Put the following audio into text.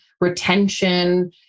retention